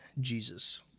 jesus